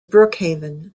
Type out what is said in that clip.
brookhaven